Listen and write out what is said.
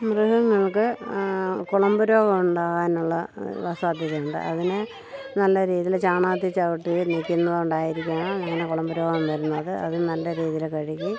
മൃഗങ്ങൾക്ക് കുളമ്പു രോഗം ഉണ്ടാകാനുള്ള സാധ്യത ഉണ്ട് അതിന് നല്ല രീതിയിൽ ചാണകത്തിൽ ചവിട്ടി നിൽക്കുന്നത് കൊണ്ടായിരിക്കാണ് അങ്ങനെ കുളമ്പു രോഗം വരുന്നത് അത് നല്ല രീതിയിൽ കഴുകി